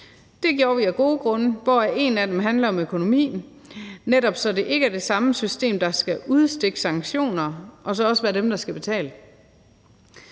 Det gjorde vi af gode grunde, hvoraf en af dem handler om økonomi, så det netop ikke er det samme system, der skal udstikke sanktioner og være dem, der betaler.